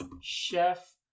chef